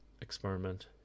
experiment